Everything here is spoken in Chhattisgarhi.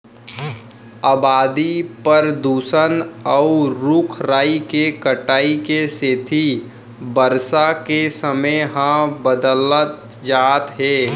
अबादी, परदूसन, अउ रूख राई के कटाई के सेती बरसा के समे ह बदलत जात हे